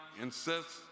insists